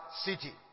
city